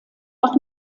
auch